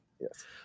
yes